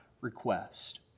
request